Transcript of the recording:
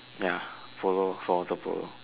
ya follow foldable